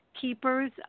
keepers